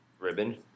Ribbon